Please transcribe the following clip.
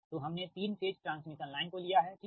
तो हमने तीन फेज ट्रांसमिशन लाइन को लिया है ठीक